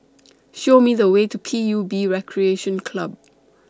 Show Me The Way to P U B Recreation Club